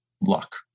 luck